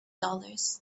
dollars